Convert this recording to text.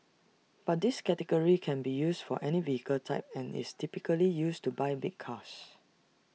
but this category can be used for any vehicle type and is typically used to buy big cars